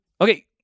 Okay